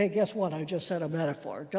ah guess what? i just said a metaphor.